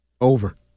Over